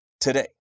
Today